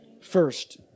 first